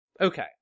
Okay